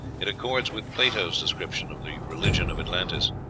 it accords with plato's description of the religion of atlantis.